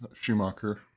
Schumacher